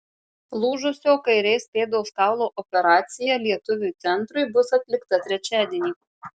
lūžusio kairės pėdos kaulo operacija lietuviui centrui bus atlikta trečiadienį